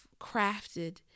crafted